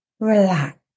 Relax